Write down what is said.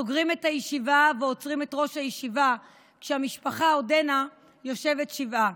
סוגרים את הישיבה ועוצרים את ראש הישיבה כשהמשפחה עודנה יושבת שבעה.